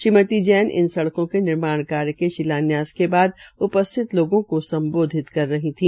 श्रीमती जैन इन सड़कों के निर्माण कार्य के शिलान्यास के बाद उपस्थित लोगों को सम्बोधित कर रही थी